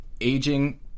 aging